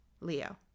Leo